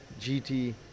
GT